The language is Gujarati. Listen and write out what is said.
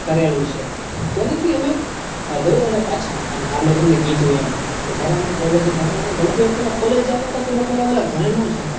કરેલું છે તેનાથી અમે દરરોજ અને પાછા અને હા મેં તમને કીધું એમ કે જ્યારે અમે કોલેજે જતા વળતી વખતે અમે કોલેજે આવતા તો અમે પહેલાં વહેલાં ઘરે ન જતા